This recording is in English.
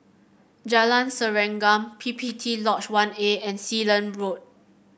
Jalan Serengam P P T Lodge One A and Sealand Road